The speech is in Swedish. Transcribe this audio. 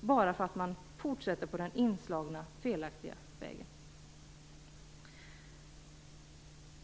bara därför att man fortsätter på den inslagna felaktiga vägen.